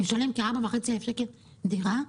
משלם כ-4,500 שקלים לשכר דירה.